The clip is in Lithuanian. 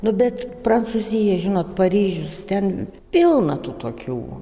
nu bet prancūzija žinot paryžius ten pilna tų tokių